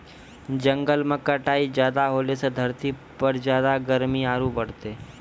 जंगल के कटाई ज्यादा होलॅ सॅ धरती पर ज्यादा गर्मी आरो बढ़तै